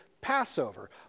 Passover